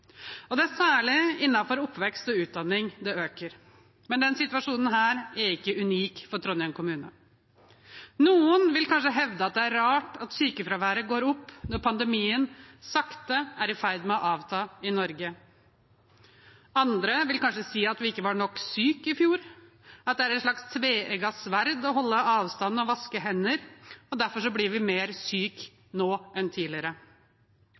og det er særlig innenfor oppvekst og utdanning det øker. Men denne situasjonen er ikke unik for Trondheim kommune. Noen vil kanskje hevde at det er rart at sykefraværet går opp når pandemien sakte er i ferd med å avta i Norge. Andre vil kanskje si at vi ikke var nok syke i fjor, at det er et slags tveegget sverd å holde avstand og vaske hender, og at vi derfor blir mer syke nå enn tidligere.